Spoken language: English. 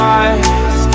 eyes